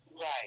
Right